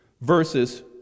Verses